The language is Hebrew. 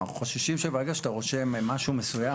חוששים שברגע שאתה רושם משהו משהו מסוים,